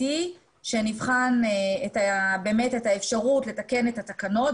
איתי שנבחן את האפשרות לתקן את התקנות.